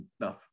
enough